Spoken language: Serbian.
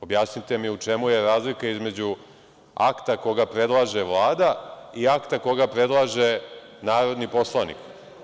Objasnite mi u čemu je razlika između akta koga predlaže Vlada i akta koga predlaže narodni poslanik?